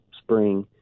spring